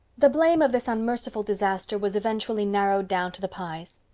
the blame of this unmerciful disaster was eventually narrowed down to the pyes.